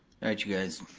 alright, you guys.